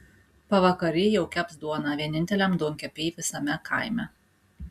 pavakary jau keps duoną vieninteliam duonkepy visame kaime